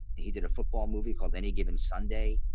he did a football movie called any given sunday.